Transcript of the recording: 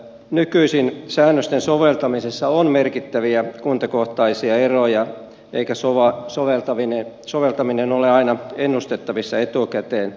nykyisin säännösten soveltamisessa on merkittäviä kuntakohtaisia eroja eikä soveltaminen ole aina ennustettavissa etukäteen